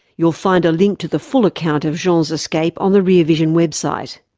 you'll find a link to the full account of jean's escape on the rear vision web site.